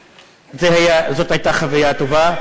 זאת הייתה חוויה טובה.